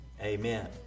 Amen